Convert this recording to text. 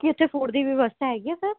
ਕੀ ਉੱਥੇ ਫੂਡ ਦੀ ਵਿਵਸਥਾ ਹੈਗੀ ਆ ਸਰ